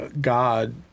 God